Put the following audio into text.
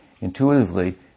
Intuitively